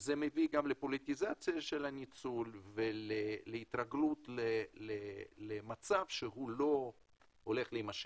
זה מביא גם לפוליטיזציה של הניצול ולהתרגלות למצב שהוא לא הולך להימשך.